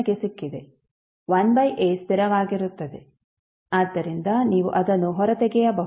1 by a ಸ್ಥಿರವಾಗಿರುತ್ತದೆ ಆದ್ದರಿಂದ ನೀವು ಅದನ್ನು ಹೊರತೆಗೆಯಬಹುದು